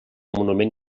monument